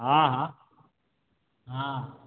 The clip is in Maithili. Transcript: हँ हॅं हँ